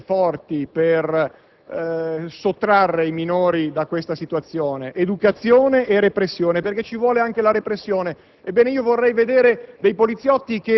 direzione. Due sono i concetti forti per sottrarre i minori da questa situazione, l'educazione e la repressione, perché ci vuole anche quest'ultima.